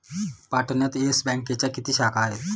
पाटण्यात येस बँकेच्या किती शाखा आहेत?